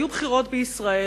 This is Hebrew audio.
היו בחירות בישראל.